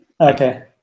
Okay